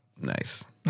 Nice